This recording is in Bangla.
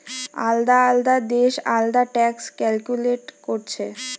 আলদা আলদা দেশ আলদা ট্যাক্স ক্যালকুলেট কোরছে